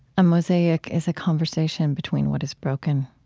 a mosaic is a conversation between what is broken.